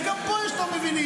ייתכן שגם פה יש מי שלא מבינים.